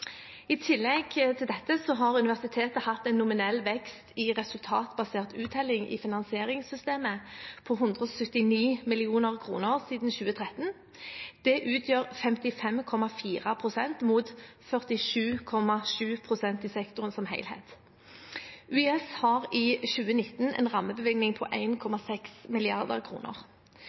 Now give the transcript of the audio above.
I tillegg til dette har universitetet hatt en nominell vekst i resultatbasert uttelling i finansieringssystemet på 179 mill. kr siden 2013. Det utgjør 55,4 pst. mot 47,7 pst. i sektoren som helhet. UiS har i 2019 en rammebevilgning på